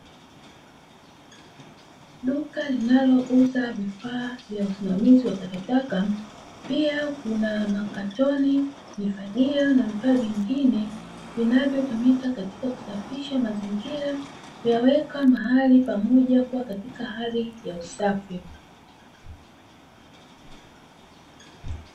Duka linalouza vifaa vya usimamizi wa takataka pia kuna makatoni, mifagio na vifaa vingine, vinavyotumika katika kusafisha mazingira kuyaweka mahali pamoja kuwa katika hali ya usafi.